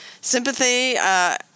sympathy